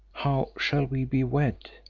how shall we be wed?